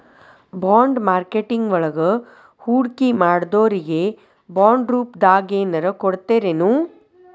Bond marketing ವಳಗ ಹೂಡ್ಕಿಮಾಡ್ದೊರಿಗೆ ಬಾಂಡ್ರೂಪ್ದಾಗೆನರ ಕೊಡ್ತರೆನು?